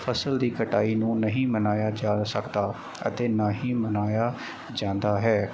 ਫਸਲ ਦੀ ਕਟਾਈ ਨੂੰ ਨਹੀਂ ਮਨਾਇਆ ਜਾ ਸਕਦਾ ਅਤੇ ਨਾ ਹੀ ਮਨਾਇਆ ਜਾਂਦਾ ਹੈ